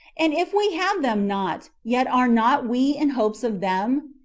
and if we have them not, yet are not we in hopes of them?